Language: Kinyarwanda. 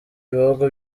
ibihugu